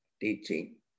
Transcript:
teaching